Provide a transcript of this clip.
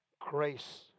Grace